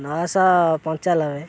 ନଅଶହ ପଞ୍ଚାନବେ